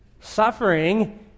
Suffering